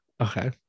okay